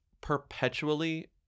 perpetually